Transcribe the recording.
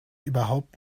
überhaupt